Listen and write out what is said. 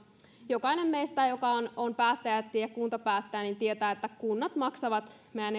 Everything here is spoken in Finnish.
jokainen meistä joka on kuntapäättäjä tietää että kunnat maksavat meidän